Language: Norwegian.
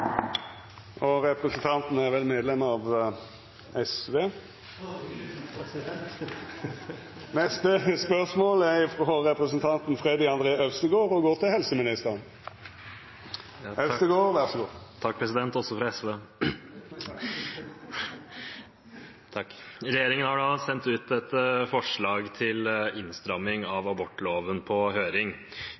sektor. Representanten er vel medlem av SV. Å, unnskyld, president! Også fra SV: «Regjeringen har nå sendt ut forslag til innstramming av abortloven på høring.